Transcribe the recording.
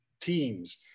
teams